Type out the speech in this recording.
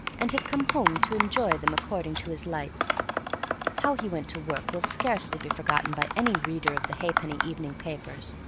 and had come home to enjoy them according to his lights how he went to work will scarcely be forgotten by any reader of the halfpenny evening papers,